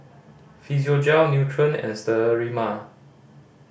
Physiogel Nutren and Sterimar